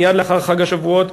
מייד לאחר חג השבועות,